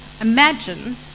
imagine